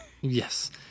yes